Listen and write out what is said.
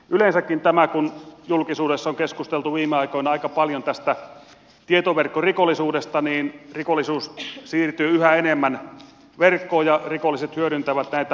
yleensäkin kun julkisuudessa on keskusteltu viime aikoina aika paljon tästä tietoverkkorikollisuudesta rikollisuus siirtyy yhä enemmän verkkoon ja rikolliset hyödyntävät näitä tietoverkkoja